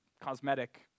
cosmetic